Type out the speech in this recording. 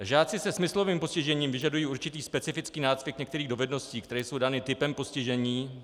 Žáci se smyslovým postižením vyžadují určitý specifický nácvik některých dovedností, které jsou dány typem postižení.